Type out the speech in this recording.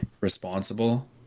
responsible